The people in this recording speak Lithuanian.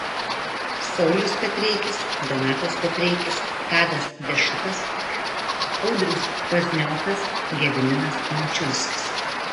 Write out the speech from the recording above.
saulius petreikis donatas petreikis tadas dešukas audrius pazniokas gediminas mačiulskis